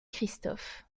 christophe